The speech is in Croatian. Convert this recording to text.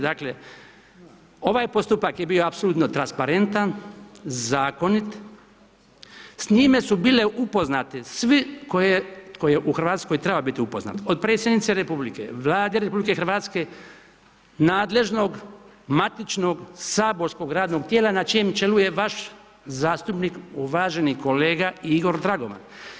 Dakle, ovaj postupak je bio apsolutno transparentan, zakonit, s njime su bile upoznate svi koje u RH trebaju biti upoznate, od predsjednice RH, Vlade RH, nadležnog matičnog saborskog radnog tijela na čijem čelu je vaš zastupnik uvaženi kolega Igor Dragovan.